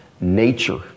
nature